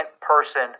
person